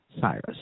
Cyrus